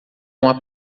uma